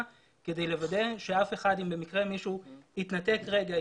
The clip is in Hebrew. כדי לוודא אם במקרה מישהו התנתק לרגע,